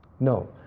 No